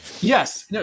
Yes